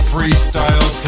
Freestyle